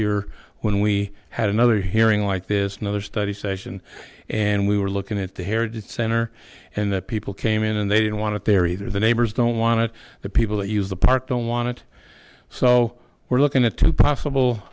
year when we had another hearing like this no other study session and we were looking at the heritage center and the people came in and they didn't want there either the neighbors don't want it the people that use the park don't want it so we're looking at two possible